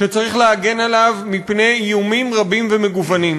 שצריך להגן עליו מפני איומים רבים ומגוונים.